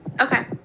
Okay